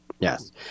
Yes